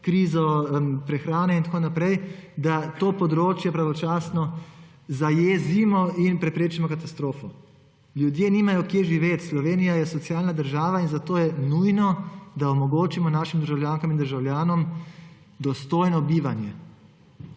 krizo prehrane in tako naprej, da to področje pravočasno zajezimo in preprečimo katastrofo. Ljudje nimajo kje živeti, Slovenija je socialna država in zato je nujno, da omogočimo našim državljankam in državljanom dostojno bivanje.